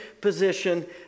position